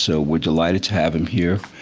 so we're delighted to have him here,